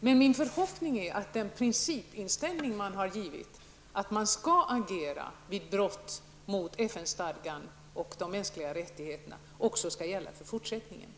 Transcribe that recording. Men min förhoppning är att den principiella ställning som man har tagit, att vi skall agera vid brott mot FN-stadgan och de mänskliga rättigheterna, också skall gälla i fortsättningen.